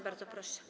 Bardzo proszę.